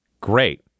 Great